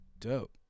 dope